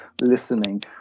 listening